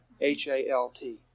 H-A-L-T